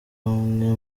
umwe